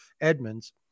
Edmonds